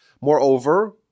Moreover